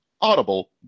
Audible